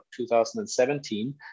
2017